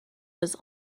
was